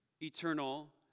Eternal